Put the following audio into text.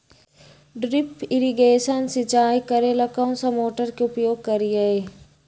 Drip irrigation सिंचाई करेला कौन सा मोटर के उपयोग करियई?